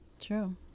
True